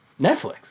Netflix